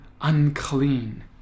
unclean